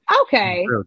okay